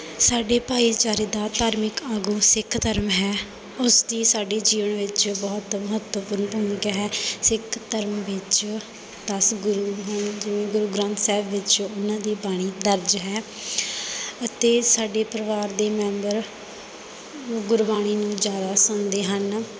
ਸਾਡੇ ਭਾਈਚਾਰੇ ਦਾ ਧਾਰਮਿਕ ਆਗੂ ਸਿੱਖ ਧਰਮ ਹੈ ਉਸਦੀ ਸਾਡੇ ਜੀਵਨ ਵਿੱਚ ਬਹੁਤ ਮਹੱਤਵਪੂਰਨ ਭੂਮਿਕਾ ਹੈ ਸਿੱਖ ਧਰਮ ਵਿੱਚ ਦਸ ਗੁਰੂ ਹਨ ਜਿਵੇਂ ਗੁਰੂ ਗ੍ਰੰਥ ਸਹਿਬ ਵਿੱਚ ਉਨ੍ਹਾਂ ਦੀ ਬਾਣੀ ਦਰਜ ਹੈ ਅਤੇ ਸਾਡੇ ਪਰਿਵਾਰ ਦੇ ਮੈਂਬਰ ਗੁਰਬਾਣੀ ਨੂੰ ਜ਼ਿਆਦਾ ਸੁਣਦੇ ਹਨ